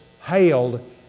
hailed